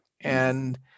And-